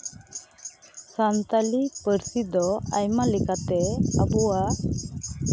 ᱥᱟᱱᱛᱟᱞᱤ ᱯᱟᱹᱨᱥᱤ ᱫᱚ ᱟᱭᱢᱟ ᱞᱮᱠᱟᱛᱮ ᱟᱵᱚᱣᱟᱜ